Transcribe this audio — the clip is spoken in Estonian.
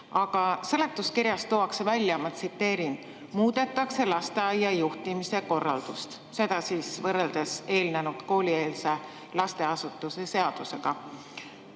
Aga seletuskirjas tuuakse välja, ma tsiteerin: muudetakse lasteaia juhtimise korraldust. Seda siis võrreldes varasema koolieelse lasteasutuse seadusega.